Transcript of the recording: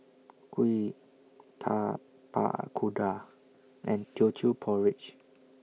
Kuih Tapak Kuda and Teochew Porridge